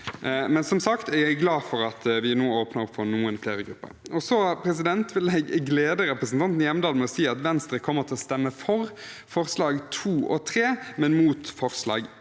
Men som sagt er jeg glad for at vi nå åpner opp for noen flere grupper. Jeg vil glede representanten Hjemdal med å si at Venstre kommer til å stemme for forslagene nr. 2 og 3, men imot forslag nr.